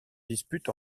dispute